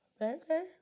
Okay